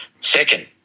second